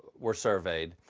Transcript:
were surveyed,